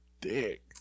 dick